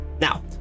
Now